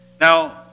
Now